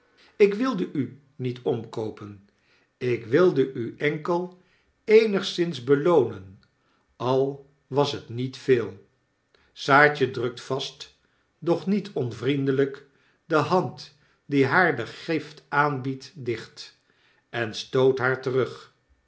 ik wilde u niet omkoopen ik wilde u enkel eenigszins beloonen al was het niet veel saartje drukt vast doch niet onvrieiidelyk de hand die haar de gift aanbiedt dicht en stoot haar terug